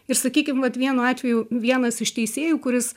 ir sakykim vat vienu atveju vienas iš teisėjų kuris